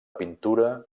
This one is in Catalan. pintura